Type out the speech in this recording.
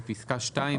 בפסקה (2),